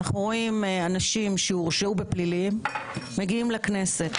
אנחנו רואים אנשים שהורשעו בפלילים מגיעים לכנסת.